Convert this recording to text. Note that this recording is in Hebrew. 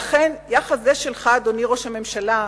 ואכן, יחס זה שלך, אדוני ראש הממשלה,